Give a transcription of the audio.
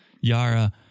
Yara